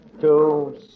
two